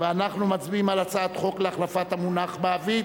ואנחנו מצביעים על הצעת חוק להחלפת המונח מעביד